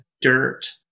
dirt